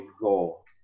goal